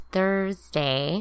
Thursday